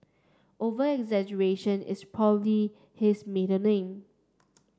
over exaggeration is probably his middle name